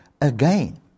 again